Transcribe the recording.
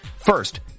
First